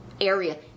area—